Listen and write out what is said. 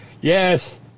yes